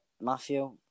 Matthew